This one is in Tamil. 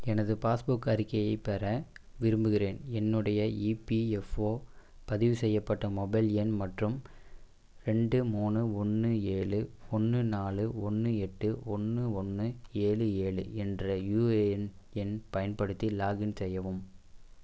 எனது பாஸ்புக் அறிக்கையைப் பெற விரும்புகிறேன் என்னுடைய இபிஎஃப்ஓ பதிவு செய்யப்பட்ட மொபைல் எண் மற்றும் ரெண்டு மூணு ஒன்று ஏழு ஒன்று நாலு ஒன்று எட்டு ஒன்று ஒன்று ஏழு ஏழு என்ற யூஏஎன் எண் பயன்படுத்தி லாக்இன் செய்யவும்